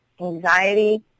anxiety